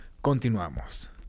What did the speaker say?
Continuamos